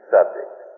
subject